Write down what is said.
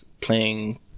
playing